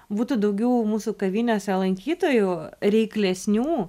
būtų daugiau mūsų kavinėse lankytojų reiklesnių